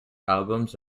albums